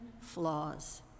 flaws